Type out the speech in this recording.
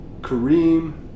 Kareem